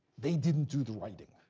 they didn't do the writing.